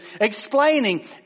explaining